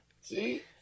See